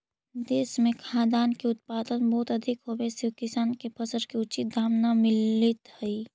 देश में खाद्यान्न के उत्पादन बहुत अधिक होवे से किसान के फसल के उचित दाम न मिलित हइ